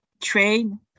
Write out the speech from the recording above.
train